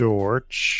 Dorch